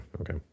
okay